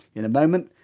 in a moment,